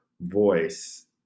voice